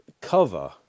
cover